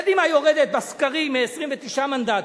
קדימה יורדת בסקרים מ-29 מנדטים,